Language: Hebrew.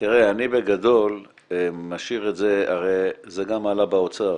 אני בגדול משאיר את זה זה גם עלה באוצר,